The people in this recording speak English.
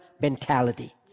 mentality